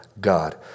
God